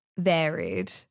varied